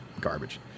garbage